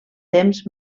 temps